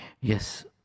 Yes